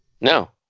No